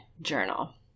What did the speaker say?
journal